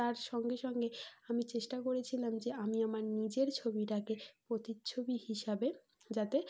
তার সঙ্গে সঙ্গে আমি চেষ্টা করেছিলাম যে আমি আমার নিজের ছবিটাকে প্রতিচ্ছবি হিসাবে যাতে